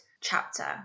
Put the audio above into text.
chapter